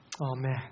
Amen